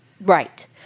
Right